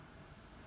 oh my god